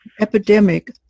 epidemic